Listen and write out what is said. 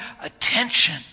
attention